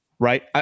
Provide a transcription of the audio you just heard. Right